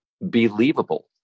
believable